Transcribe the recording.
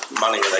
money